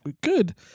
good